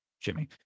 Jimmy